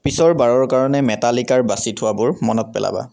পিছৰ বাৰৰ কাৰণে মেটালিকাৰ বাছি থোৱাবোৰ মনত পেলাবা